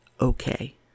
okay